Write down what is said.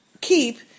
keep